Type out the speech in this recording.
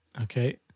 Okay